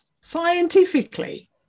scientifically